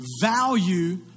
value